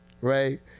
right